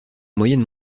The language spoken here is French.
moyenne